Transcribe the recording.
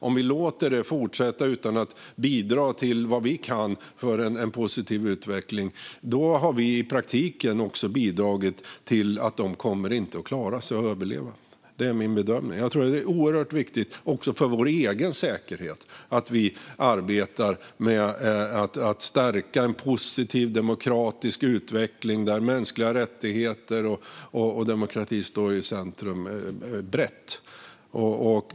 Om vi låter detta fortsätta utan att bidra med vad vi kan för en positiv utveckling har vi i praktiken också bidragit till att de inte kommer att överleva. Det är min bedömning. Jag tror att det är oerhört viktigt också för vår egen säkerhet att vi arbetar med att brett stärka en positiv demokratisk utveckling där mänskliga rättigheter och demokrati står i centrum.